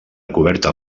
coberta